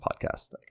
podcast